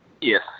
Yes